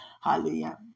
Hallelujah